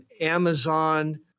Amazon